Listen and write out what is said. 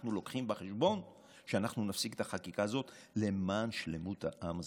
אנחנו מביאים בחשבון שאנחנו נפסיק את החקיקה הזאת למען שלמות העם הזה,